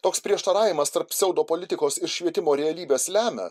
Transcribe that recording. toks prieštaravimas tarp pseudopolitikos ir švietimo realybės lemia